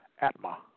Atma